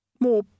more